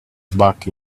back